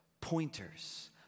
pointers